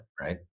right